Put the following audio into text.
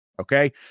okay